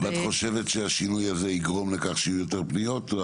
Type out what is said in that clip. ואת חושבת שהשינוי הזה יגרום לכך שיהיו יותר פניות?